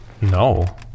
No